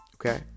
okay